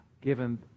given